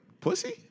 pussy